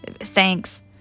thanks